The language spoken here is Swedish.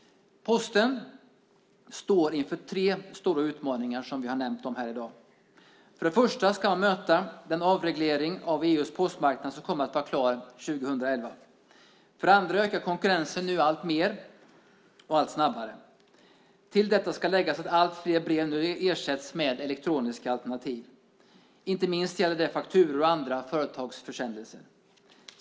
Posten står inför tre stora utmaningar, som har nämnts här i dag. För det första ska Posten möta den avreglering av EU:s postmarknad som kommer att vara klar 2011. För det andra ökar konkurrensen nu alltmer och allt snabbare. För det tredje ersätts allt fler brev nu med elektroniska alternativ - inte minst gäller det fakturor och andra företagsförsändelser.